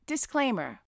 Disclaimer